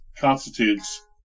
constitutes